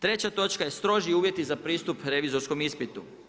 Treća točka je stroži uvjeti za pristup revizorskom ispitu.